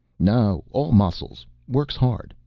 no, all muscles. works hard.